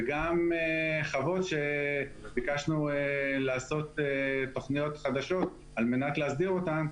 וגם חוות שביקשנו לעשות תוכניות חדשות על מנת להסדיר אותן,